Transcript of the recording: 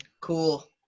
Cool